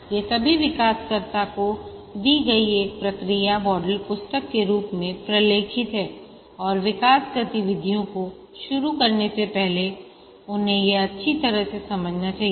ये सभी विकासकर्ता को दी गई एक प्रक्रिया मॉडल पुस्तक के रूप में प्रलेखित हैं और विकास गतिविधियों को शुरू करने से पहले उन्हें यह अच्छी तरह से समझना चाहिए